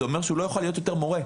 הוא לא יכול להיות עוד מורה.